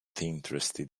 interested